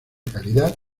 calidad